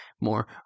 more